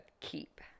keep